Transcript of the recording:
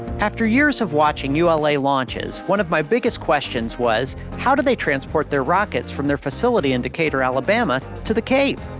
after years of watching ula launches, one of my biggest questions was how do they transport their rockets from their facility in decatur, alabama to the cape?